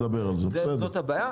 אז זאת הבעיה,